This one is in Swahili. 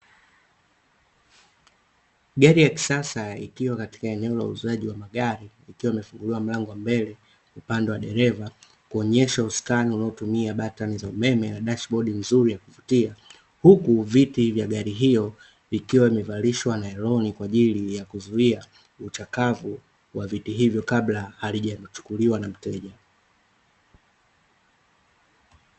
Gari ya kisasa ikiwa katika eneo la uzaji wa magari ikiwa limefunguliwa mlango wa mbele upande wa dereva kuonyesha usukani unaotumia kitufe cha umeme na dashibodi nzuri ya kuvutia, huku viti vya gari hio ikiwa imevalishwa nailoni kwa ajili ya kuzuia uchakavu wa viti hivyo kabla halija chukuliwa na mteja.